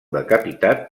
decapitat